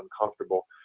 uncomfortable